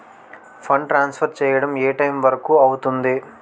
Fund transfer చేయడం ఏ time వరుకు అవుతుంది?